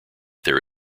there